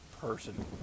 person